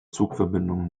zugverbindungen